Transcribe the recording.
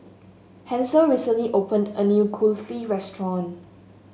Hansel recently opened a new Kulfi restaurant